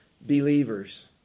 believers